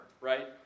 right